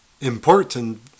important